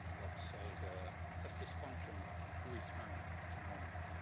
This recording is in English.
let's say the testes function returned to normal.